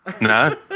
No